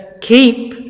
keep